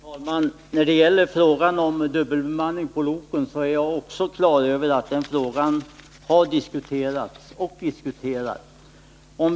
Herr talman! Jag är också klar över att frågan om dubbelbemanning på loken har diskuterats och fortfarande diskuteras.